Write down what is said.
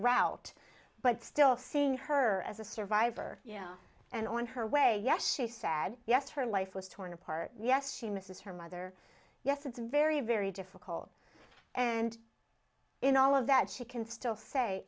route but still seeing her as a survivor and on her way yes she sad yes her life was torn apart yes she misses her mother yes it's very very difficult and in all of that she can still say